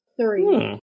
three